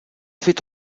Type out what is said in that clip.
fait